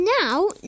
now